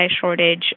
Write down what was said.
shortage